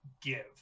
give